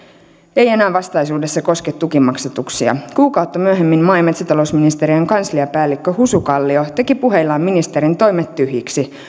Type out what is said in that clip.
ei enää vastaisuudessa koske tukimaksatuksia kuukautta myöhemmin maa ja metsätalousministeriön kansliapäällikkö husu kallio teki puheillaan ministerin toimet tyhjiksi